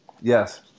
Yes